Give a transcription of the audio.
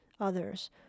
others